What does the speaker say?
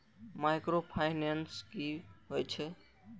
Micro finance कि होई छै?